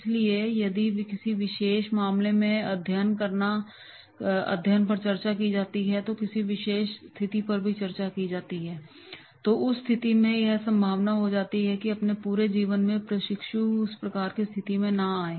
इसलिए यदि किसी विशेष मामले के अध्ययन पर चर्चा की जाती है और किसी विशेष स्थिति पर चर्चा की जाती है तो उस स्थिति में यह संभावना हो जाती है कि अपने पूरे जीवन में प्रशिक्षु उस प्रकार की स्थिति में न आए